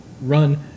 run